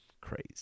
crazy